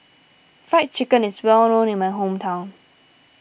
Fried Chicken is well known in my hometown